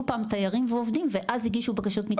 פעם תיירים ועובדים ואז הגישו בקשות מקלט.